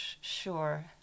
sure